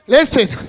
Listen